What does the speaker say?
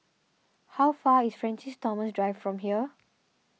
how far is Francis Thomas Drive from here